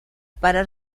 para